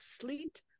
sleet